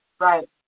Right